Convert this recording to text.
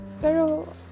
Pero